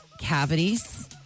Cavities